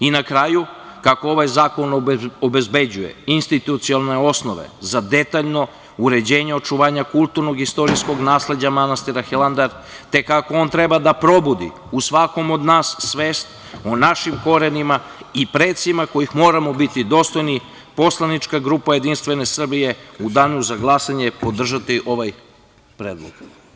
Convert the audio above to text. I na kraju, kako ovaj zakon obezbeđuje institucionalne osnove za detaljno uređenje očuvanja kulturnog i istorijskog nasleđa manastira Hilandar, te kako on treba da probudi u svakom od nas svest o našim korenima i precima kojih moramo biti dostojni, poslanička grupa JS u Danu za glasanje će podržati ovaj predlog.